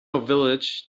village